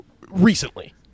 recently